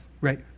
Right